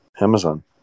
Amazon